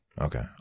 Okay